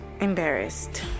embarrassed